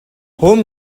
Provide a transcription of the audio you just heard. home